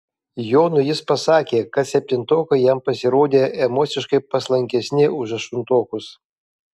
jonui jis pasakė kad septintokai jam pasirodė emociškai paslankesni už aštuntokus